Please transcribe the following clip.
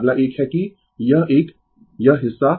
अगला एक है कि यह एक यह हिस्सा